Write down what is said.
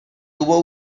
tuvo